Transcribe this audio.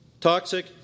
Toxic